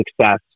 success